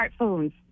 smartphones